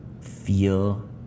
Feel